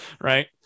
right